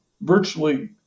virtually